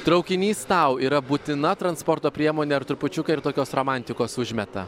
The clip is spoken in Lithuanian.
traukinys tau yra būtina transporto priemonė ar trupučiuką ir tokios romantikos užmeta